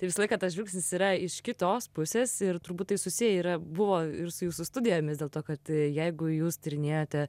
tai visą laiką tas žingsnis yra iš kitos pusės ir turbūt tai susiję yra buvo ir su jūsų studijomis dėl to kad jeigu jūs tyrinėjote